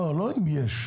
לא, לא אם יש.